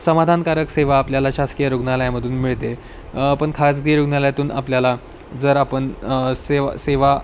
समाधानकारक सेवा आपल्याला शासकीय रुग्णालयामधून मिळते आहे पण खाजगी रुग्णालयातून आपल्याला जर आपण सेव् सेवा